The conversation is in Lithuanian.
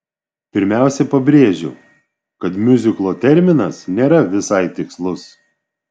pirmiausia pabrėžiu kad miuziklo terminas nėra visai tikslus